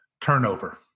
turnover